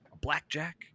blackjack